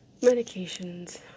Medications